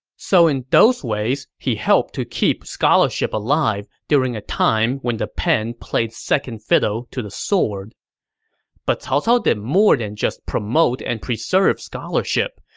so in those ways, he helped keep scholarship alive during a time when the pen played second fiddle to the sword but cao cao did more than just promote and preserve scholarship.